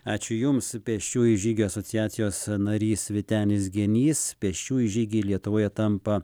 ačiū jums pėsčiųjų žygių asociacijos narys vytenis genys pėsčiųjų žygiai lietuvoje tampa